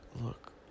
look